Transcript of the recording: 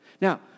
Now